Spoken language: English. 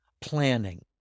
planning